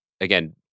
again